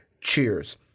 Cheers